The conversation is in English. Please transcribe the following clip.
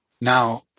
Now